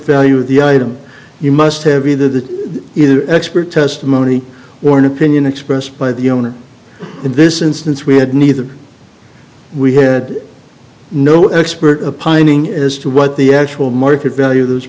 value of the item you must have either the expert testimony or an opinion expressed by the owner in this instance we had neither we had no expert pining as to what the actual market value of those